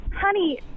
honey